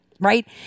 Right